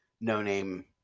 no-name